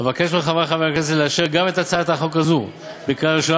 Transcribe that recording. אבקש מחברי חברי הכנסת לאשר גם את הצעת החוק הזו בקריאה ראשונה